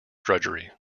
drudgery